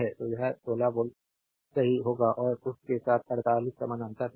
तो यह 16 वोल्ट सही होगा और उस के साथ 48 समानांतर में है